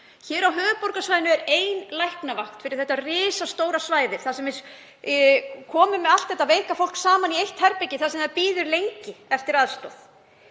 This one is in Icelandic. Hér á höfuðborgarsvæðinu er ein læknavakt fyrir þetta risastóra svæði. Þar kemur allt þetta veika fólk saman í einu herbergi þar sem það bíður lengi eftir aðstoð.